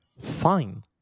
fine